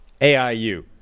AIU